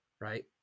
right